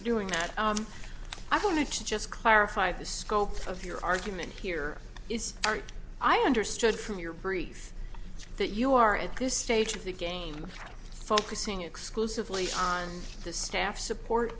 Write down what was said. doing that i wanted to just clarify the scope of your argument here is i understood from your brief that you are at this stage of the game focusing exclusively on the staff support